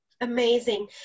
amazing